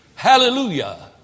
hallelujah